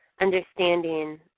understanding